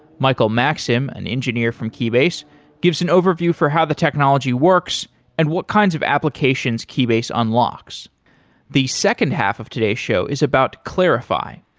michael maxim an engineer from keybase gives an overview for how the technology works and what kinds of applications keybase unlocks the second half of today's show is about clarifai.